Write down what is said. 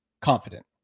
confident